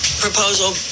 proposal